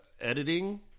editing